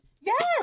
Yes